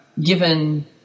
given